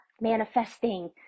manifesting